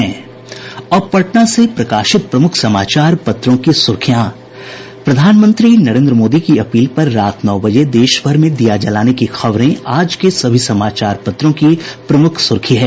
अब पटना से प्रकाशित प्रमुख समाचार पत्रों की सुर्खियां प्रधानमंत्री नरेंद्र मोदी की अपील पर रात नौ बजे देशभर में दीया जलाने की खबरें आज के सभी समाचार पत्रों की प्रमुख सुर्खी है